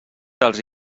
dels